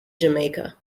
jamaica